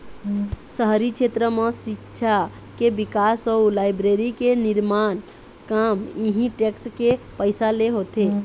शहरी छेत्र म सिक्छा के बिकास अउ लाइब्रेरी के निरमान काम इहीं टेक्स के पइसा ले होथे